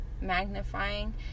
magnifying